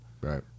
Right